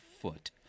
foot